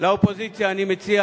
לאופוזיציה אני מציע